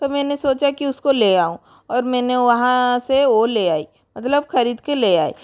तो मैंने सोचा की उसको ले आऊँ और मैंने वहाँ से वह ले आई मतलब ख़रीद कर ले आई